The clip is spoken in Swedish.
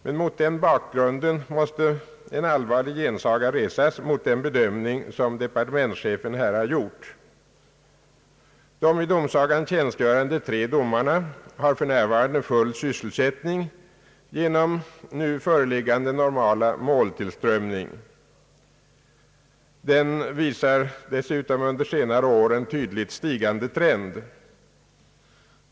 Men mot den bakgrunden måste en allvarlig gensaga resas mot den bedömning som departementschefen här har gjort. De vid domsagan tjänstgörande tre domarna har för närvarande full sysselsättning med nu föreliggande normala måltillströmning. Denna visar dessutom under senare år en tydligt stigande trend.